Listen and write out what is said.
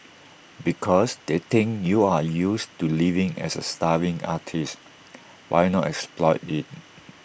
because they think you're used to living as A starving artist why not exploit IT